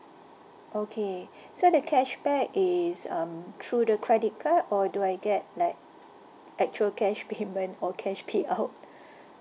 okay so the cashback is um through the credit card or do I get like actual cash payment or cash payout